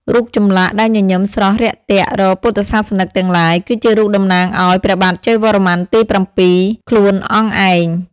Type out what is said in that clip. រូបចម្លាក់ដែលញញឹមស្រស់រាក់ទាក់រកពុទ្ធសាសនិកទាំងឡាយ គឺជារូបតំណាងឱ្យ ព្រះបាទជ័យវរ្ម័នទី៧ ខ្លួនអង្គឯង។